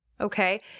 okay